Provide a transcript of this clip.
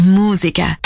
musica